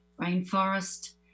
rainforest